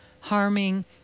harming